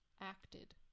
acted